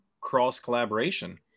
cross-collaboration